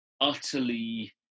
utterly